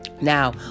now